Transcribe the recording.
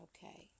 Okay